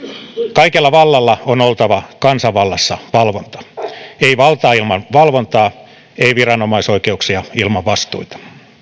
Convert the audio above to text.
kaikella vallalla on oltava kansanvallassa valvonta ei valtaa ilman valvontaa ei viranomaisoikeuksia ilman vastuita